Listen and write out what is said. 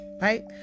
right